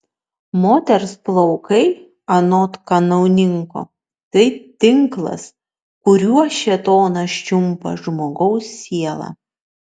moters plaukai anot kanauninko tai tinklas kuriuo šėtonas čiumpa žmogaus sielą